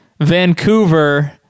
Vancouver